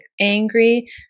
angry